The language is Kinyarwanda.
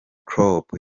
klopp